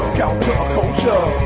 counterculture